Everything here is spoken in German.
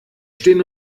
stehen